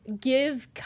give